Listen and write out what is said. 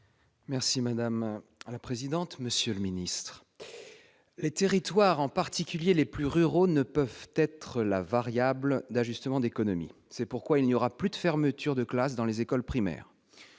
de l'éducation nationale. Monsieur le ministre, « les territoires, en particulier les plus ruraux, ne peuvent plus être la variable d'ajustement d'économies. C'est pourquoi il n'y aura plus de fermeture de classes dans les écoles primaires